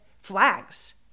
flags